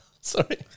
Sorry